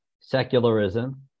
secularism